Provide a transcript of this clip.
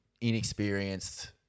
inexperienced